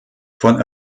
von